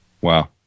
Wow